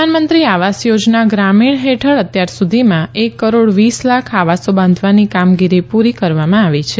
પ્રધાનમંત્રી આવાસ યોજના ગ્રામીણ હેઠળ અત્યાર સુધીમાં એક કરોડ વીસ લાખ આવાસો બાંધવાની કામગીરી પુરી કરવામાં આવી છે